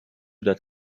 that